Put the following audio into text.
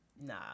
nah